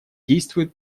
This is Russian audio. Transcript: действует